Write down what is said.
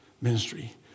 ministry